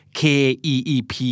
keep